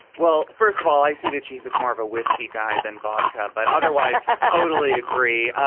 well, first of all, i see the chief as more of a whiskey guy than vodka. but otherwise, i totally agree.